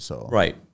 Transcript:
Right